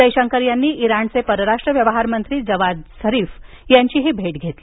जयशंकर यांनी इराणचे परराष्ट्र व्यवहार मंत्री जवाद झरीफ यांचीही काल भेट घेतली